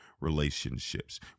relationships